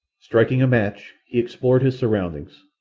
striking a match, he explored his surroundings,